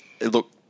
Look